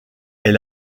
est